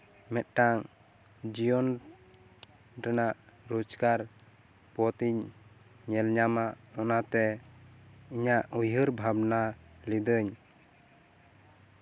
ᱢᱤᱫᱴᱟᱝ ᱡᱤᱭᱚᱱ ᱨᱮᱱᱟᱜ ᱨᱚᱡᱠᱟᱨ ᱯᱚᱛᱤᱧ ᱧᱮᱞᱧᱟᱢᱟ ᱚᱱᱟᱛᱮ ᱤᱧᱟᱹᱜ ᱩᱭᱦᱟᱹᱨ ᱵᱷᱟᱵᱱᱟ ᱞᱤᱫᱟᱹᱧ